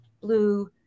blue